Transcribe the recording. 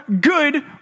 good